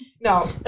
no